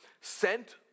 sent